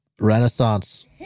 Renaissance